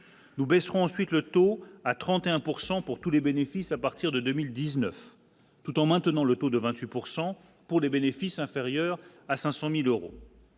nous baisserons ensuite le taux à 31 pourcent pour tous les bénéfices à partir de 2019 tout en maintenant le taux de 28 pour 100 pour des bénéfices inférieurs à 500000 euros.